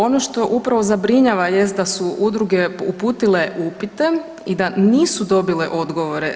Ono što upravo zabrinjava jest da su udruge uputile upite i da nisu dobile odgovore.